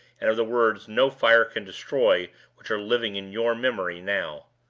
and of the words no fire can destroy which are living in your memory now.